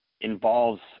involves